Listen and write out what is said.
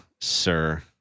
sir